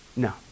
No